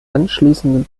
anschließenden